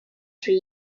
three